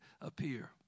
appear